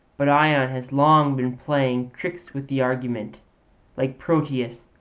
but ion has long been playing tricks with the argument like proteus,